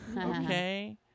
Okay